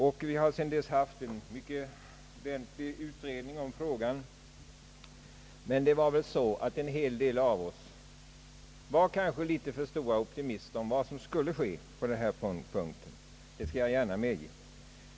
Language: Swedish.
Det har också sedan dess skett en mycket ordentlig utredning av frågan. Åtskilliga av oss var kanske litet för stora optimister om vad som skulle ske på denna punkt, det skall jag gärna medge.